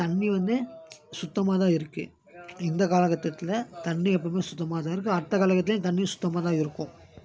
தண்ணி வந்து சுத்தமாக தான் இருக்குது இந்த காலக்கட்டத்தில் தண்ணி எப்போவுமே சுத்தமாக தான் இருக்குது அடுத்த காலக்கட்டத்துலேயும் தண்ணி சுத்தமாக தான் இருக்கும்